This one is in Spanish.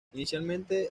inicialmente